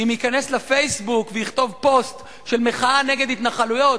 אם ייכנס ל"פייסבוק" ויכתוב פוסט של מחאה נגד התנחלויות,